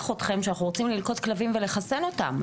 אתכם שאנחנו רוצים ללכוד כלבים ולחסן אותם,